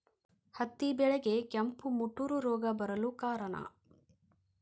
ಹತ್ತಿ ಬೆಳೆಗೆ ಕೆಂಪು ಮುಟೂರು ರೋಗ ಬರಲು ಕಾರಣ?